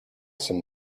some